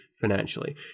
financially